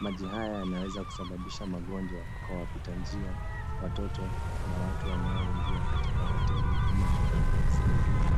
Maji haya yanaweza kusababisha magonjwa kwa wapita njia, watoto na watu wanaoingia katika hoteli na duka zilizomo.